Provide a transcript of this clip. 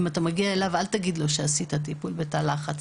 "אם אתה מגיע אליו אל תגיד לו שעשית טיפול בתא לחץ",